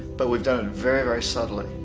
but we've done it very very subtly.